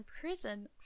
prison